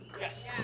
Yes